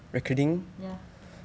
ya